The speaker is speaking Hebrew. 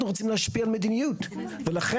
אנחנו רוצים להשפיע על מדיניות ולכן